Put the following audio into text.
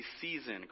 season